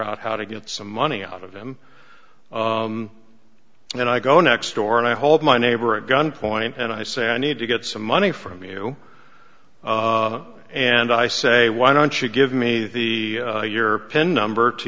out how to get some money out of them and i go next door and i hold my neighbor at gunpoint and i say i need to get some money from you and i say why don't you give me the your pin number t